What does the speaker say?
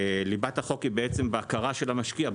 ליבת החוק היא בהכרה של המשקיע,